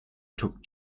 took